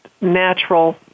natural